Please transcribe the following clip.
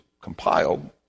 compiled